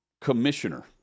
Commissioner